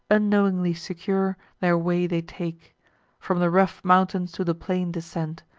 unknowingly secure, their way they take from the rough mountains to the plain descend,